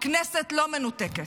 הכנסת לא מנותקת,